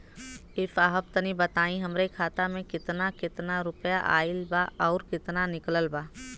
ए साहब तनि बताई हमरे खाता मे कितना केतना रुपया आईल बा अउर कितना निकलल बा?